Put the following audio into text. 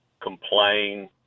complain